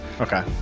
Okay